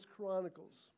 Chronicles